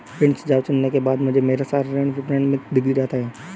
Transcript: ऋण सुझाव चुनने के बाद मुझे मेरा सारा ऋण विवरण दिख जाता है